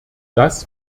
das